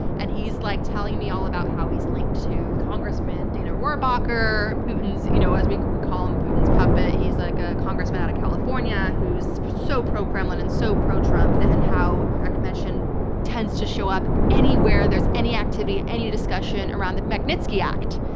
and he's like telling me all about how he's linked to congressman dana rohrabacher, you know as we we call him putin's puppet. he's like a congressman out of california who's so pro-kremlin and so pro-trump and how akhmetshin tends to show up where there's any activity, any discussion around the magnitsky act.